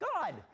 God